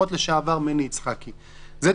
את החברים שלהם שהם ביום מן הימים יחזרו לארגון.